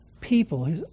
people